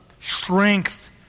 strength